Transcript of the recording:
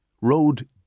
road